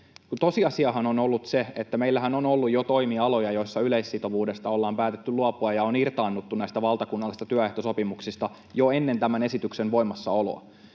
tosiasiahan on ollut se, että meillähän on ollut jo toimialoja, joilla yleissitovuudesta ollaan päätetty luopua ja on irtaannuttu näistä valtakunnallisista työehtosopimuksista jo ennen tämän esityksen voimassaoloa.